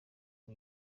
ubu